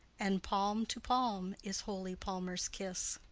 and palm to palm is holy palmers' kiss.